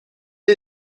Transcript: est